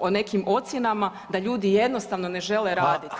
o nekim ocjenama da ljudi jednostavno ne žele raditi.